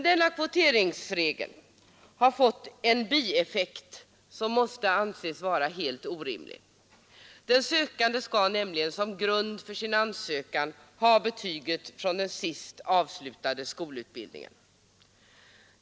Denna kvoteringsregel har emellertid fått en bieffekt, som måste anses vara helt orimlig. Den sökande skall nämligen som grund för sin ansökan ha betyget från den sist avslutade skolutbildningen.